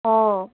অঁ